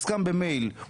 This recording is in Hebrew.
הוסכם במייל,